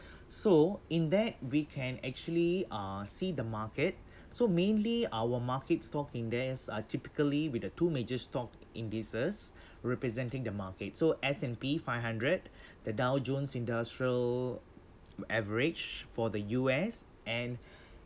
so in that weekend actually uh see the market so mainly our market stock index are typically with the two major stock indices representing the market so S&P five hundred the dow jones industrial average for the U_S and